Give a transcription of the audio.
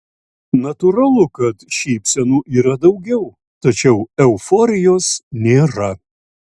natūralu kad šypsenų yra daugiau tačiau euforijos nėra